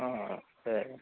సరే